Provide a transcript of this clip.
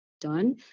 Done